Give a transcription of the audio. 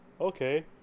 okay